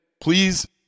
please